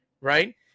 right